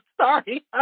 sorry